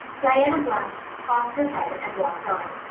diana blushed, tossed her head, and walked on.